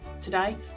Today